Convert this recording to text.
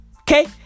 Okay